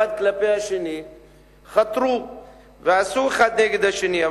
חתרו האחד כלפי השני ועשו האחד נגד השני.